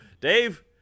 Dave